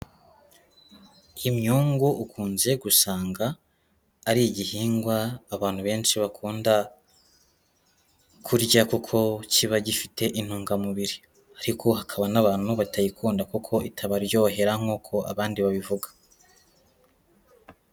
Imyungu ukunze gusanga ari igihingwa abantu benshi bakunda kurya kuko kiba gifite intungamubiri ariko hakaba n'abantu batayikunda kuko itabaryohera nk'uko abandi babivuga.